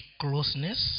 closeness